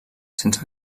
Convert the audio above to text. sense